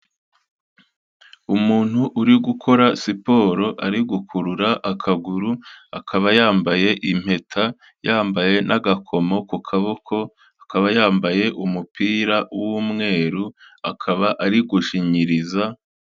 Umuntu uri gukora siporo ari gukurura akaguru, akaba yambaye impeta, yambaye n'agakomo ku kaboko, akaba yambaye umupira w'umweru, akaba ari gushinyiriza.